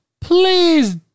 please